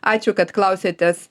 ačiū kad klausėtės